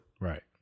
Right